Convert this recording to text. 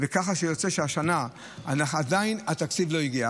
כך שיוצא שהשנה עדיין התקציב לא הגיע.